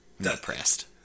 Depressed